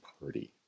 party